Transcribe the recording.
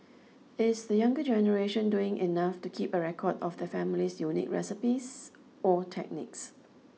is the younger generation doing enough to keep a record of their family's unique recipes or techniques